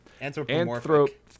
Anthropomorphic